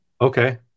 okay